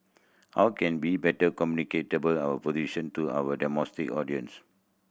how can we better communicate our position to our domestic audience